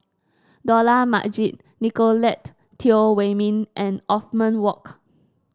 Dollah Majid Nicolette Teo Wei Min and Othman Wok